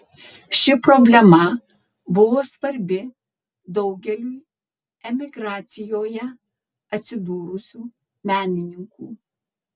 ši problema buvo svarbi daugeliui emigracijoje atsidūrusių menininkų